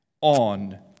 on